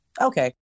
Okay